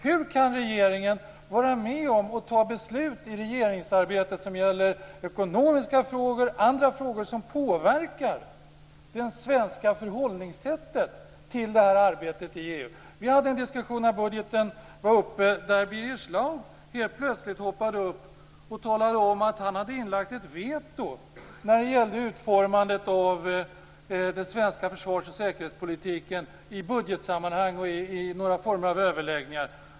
Hur kan regeringen vara med om och ta beslut i regeringsarbetet som gäller ekonomiska frågor och andra frågor som påverkar det svenska sättet att förhålla sig till det här arbetet i EU? När budgeten var uppe hade vi en diskussion där Birger Schlaug helt plötsligt hoppade upp och talade om att han hade inlagt ett veto när det gällde utformandet av den svenska försvars och säkerhetspolitiken i budgetsammanhang och i någon form av överläggningar.